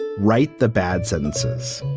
write the bad sentences,